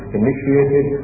initiated